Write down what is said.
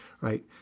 right